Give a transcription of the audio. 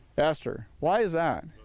ester, why is um